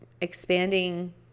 expanding